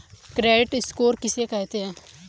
Credit score किसे कहते हैं?